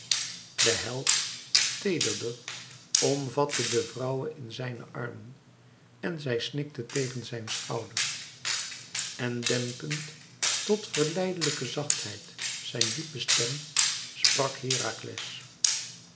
de held teederder omvatte de vrouwe in zijne armen en zij snikte tegen zijn schouder en dempend tot verleidelijke zachtheid zijn diepe stem sprak herakles